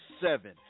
seven